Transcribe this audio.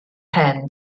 hen